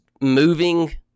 moving